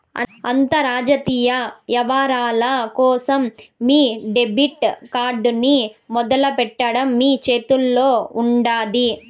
అంతర్జాతీయ యవ్వారాల కోసం మీ డెబిట్ కార్డ్ ని మొదలెట్టడం మీ చేతుల్లోనే ఉండాది